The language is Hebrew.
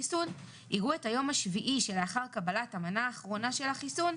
החיסון יראו את היום השביעי שלאחר קבלת המנה האחרונה של החיסון,